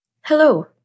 Hello